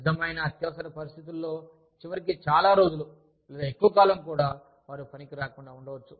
నిజమైన అత్యవసర పరిస్థితుల్లో చివరికి చాలా రోజులు లేదా ఎక్కువ కాలం కూడా వారు పనికి రాకుండా ఉండవచ్చు